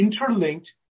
interlinked